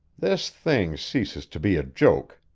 this thing ceases to be a joke!